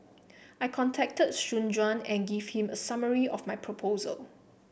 I contacted Soon Juan and gave him a summary of my proposal